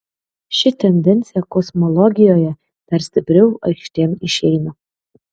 ši tendencija kosmologijoje dar stipriau aikštėn išeina